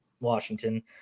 Washington